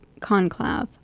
Conclave